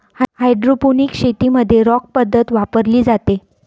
hydroponics शेतीमध्ये rock पद्धत वापरली जाते